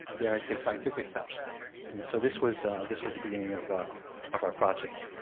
dare i say scientific fashion and so this was this was the beginning of our of our project.